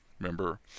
remember